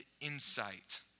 insight